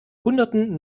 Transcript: hunderten